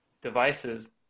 devices